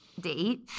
date